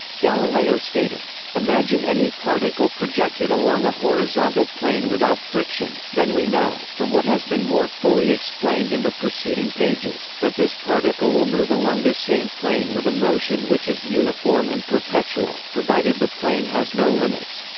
galileo stated imagine any particle projected along a horizontal plane without friction then we know, from what has been more fully explained in the preceding pages, that this particle will move along this same plane with a motion which is uniform and perpetual, provided the plane has no limits